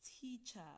teacher